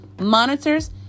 monitors